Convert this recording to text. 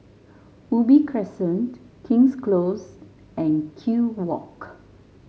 Ubi Crescent King's Close and Kew Walk